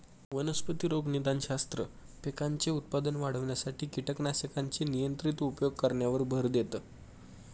वनस्पती रोगनिदानशास्त्र, पिकांचे उत्पादन वाढविण्यासाठी कीटकनाशकांचे नियंत्रित उपयोग करण्यावर भर देतं